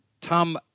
Tom